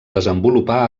desenvolupar